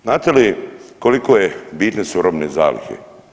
Znate li koliko bitne su robne zalihe?